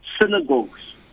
synagogues